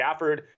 Gafford